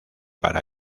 para